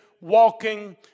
walking